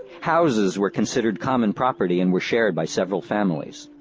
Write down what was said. houses were considered common property and were shared by several families.